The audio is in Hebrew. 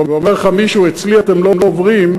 ואומר לך מישהו: אצלי אתם לא עוברים,